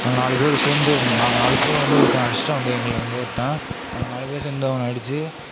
நாங்கள் நாலுபேரும் சேர்ந்து நாங்கள் நாலு பேரும் ஒருத்தனை அடிச்சுட்டோம் வந்து எங்களை ஒருத்தன் நாங்கள் நாலுபேரும் சேர்ந்து அவனை அடித்து